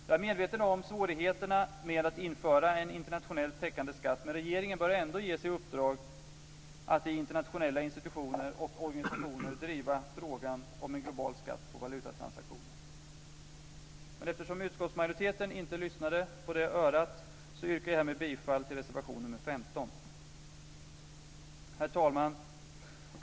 Jag är medveten om svårigheterna med att införa en internationell täckande skatt, men regeringen bör ändå ges i uppdrag att i internationella institutioner och organisationer driva frågan om en global skatt på valutatransaktioner. Men eftersom utskottsmajoriteten inte lyssnade på det örat yrkar jag härmed bifall till reservation nr 15. Herr talman!